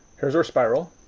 here's our spiral.